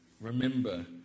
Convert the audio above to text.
remember